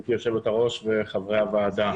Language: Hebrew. גברתי היושבת ראש וחברי הוועדה.